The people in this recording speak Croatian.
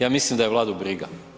Ja mislim da je Vladu briga.